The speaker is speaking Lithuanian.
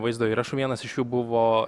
vaizdo įrašų vienas iš jų buvo